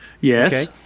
Yes